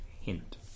hint